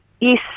Yes